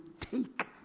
take